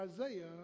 Isaiah